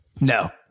No